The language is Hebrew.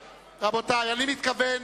אני מודיע לכם,